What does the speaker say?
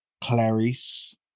Clarice